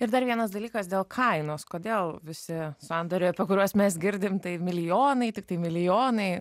ir dar vienas dalykas dėl kainos kodėl visi sandoriai apie kuriuos mes girdim tai milijonai tiktai milijonai